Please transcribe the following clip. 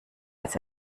als